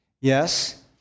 Yes